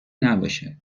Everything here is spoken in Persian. نباشه